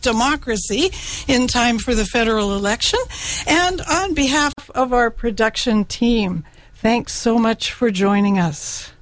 democracy in time for the federal election and on behalf of our production team thanks so much for joining us